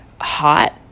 hot